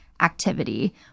activity